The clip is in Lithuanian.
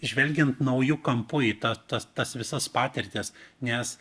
žvelgiant nauju kampu į ta ta tas visas patirtis nes